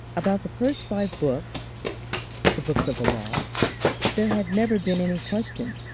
about the first five books the books of the law there had never been any question.